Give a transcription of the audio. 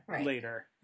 later